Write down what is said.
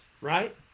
right